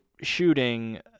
shooting